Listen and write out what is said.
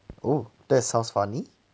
oh that's sounds funny